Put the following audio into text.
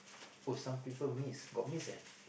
oh someone people miss got miss ah